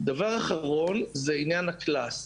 דבר אחרון, עניין ה-class.